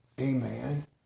Amen